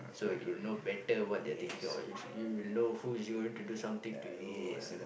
so you know better what they are thinking or you you know who is going to do something to you ah